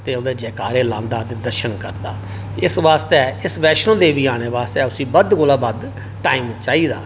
ते ओह्दे जयकारे लांदा ते ओह्दे दर्शन करदा आस्ते माता वैष्णो देवी आने आस्तै बद्ध कोला बद्ध टाइम चाहिदा